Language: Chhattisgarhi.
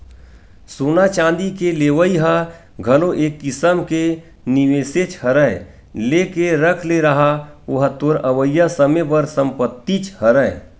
सोना चांदी के लेवई ह घलो एक किसम के निवेसेच हरय लेके रख ले रहा ओहा तोर अवइया समे बर संपत्तिच हरय